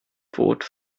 bot